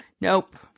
Nope